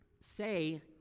say